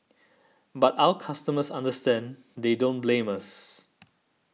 but our customers understand they don't blame us